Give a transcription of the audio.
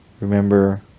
remember